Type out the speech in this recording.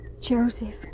Joseph